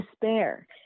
Despair